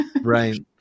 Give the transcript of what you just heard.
Right